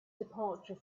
departure